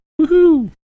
Woohoo